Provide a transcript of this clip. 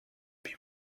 been